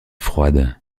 froide